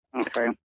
Okay